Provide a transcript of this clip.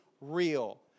real